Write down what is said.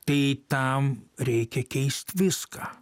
tai tam reikia keist viską